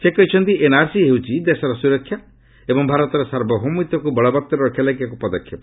ସେ କହିଛନ୍ତି ଏନ୍ଆର୍ସି ହେଉଛି ଦେଶର ସୁରକ୍ଷା ଏବଂ ଭାରତର ସାର୍ବଭୌମତ୍ୱକୁ ବଳବତ୍ତର ରଖିବା ଲାଗି ଏକ ପଦକ୍ଷେପ